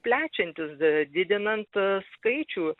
plečiantis didinant skaičių